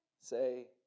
say